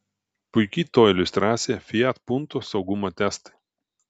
puiki to iliustracija fiat punto saugumo testai